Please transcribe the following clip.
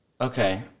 okay